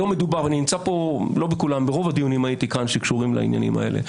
אני נמצא פה ברוב הדיונים שקשורים לעניינים האלה,